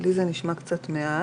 לי זה נשמע מעט.